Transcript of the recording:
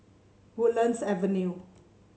Woodlands Avenue